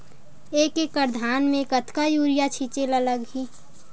एक एकड़ धान में कतका यूरिया छिंचे ला लगही?